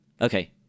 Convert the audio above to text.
Okay